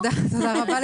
תודה רבה.